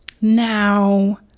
Now